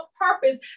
purpose